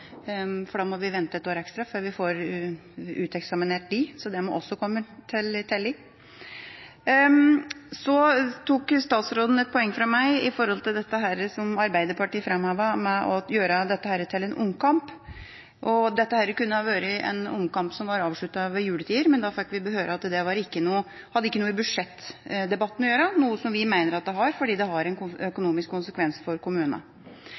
må vente et år ekstra før vi får uteksaminert dem. Det må også komme i tillegg. Så tok statsråden et poeng fra meg når det gjelder det Arbeiderpartiet framhevet om å gjøre dette til en omkamp. Dette kunne vært en omkamp som ble avsluttet ved juletider, men da fikk vi høre at det hadde ikke noe i budsjettdebatten å gjøre, noe som vi mener at det har, fordi det har en økonomisk konsekvens for kommunene.